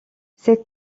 ses